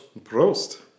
Prost